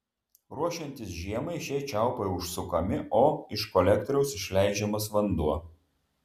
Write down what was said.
ruošiantis žiemai šie čiaupai užsukami o iš kolektoriaus išleidžiamas vanduo